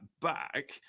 back